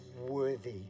worthy